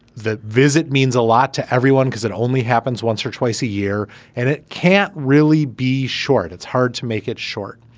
that visit means a lot to everyone because it only happens once or twice a year and it can't really be short. it's hard to make it short.